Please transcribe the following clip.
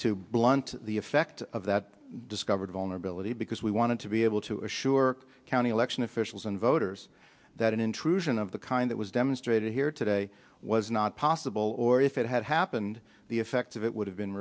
to blunt the effect of that discovered vulnerability because we wanted to be able to assure county election officials and voters that an intrusion of the kind that was demonstrated here today was not possible or if it had happened the effect of it would have been